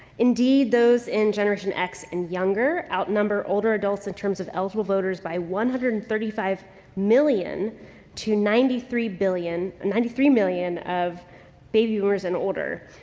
indeed, those in generation x and younger out number older adults in terms of eligible voters by one hundred and thirty five million to ninety three billion, ninety three million of baby boomers and older.